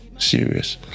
serious